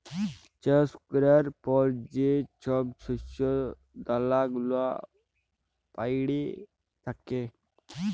চাষ ক্যরার পর যে ছব শস্য দালা গুলা প্যইড়ে থ্যাকে